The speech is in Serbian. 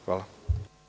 Hvala.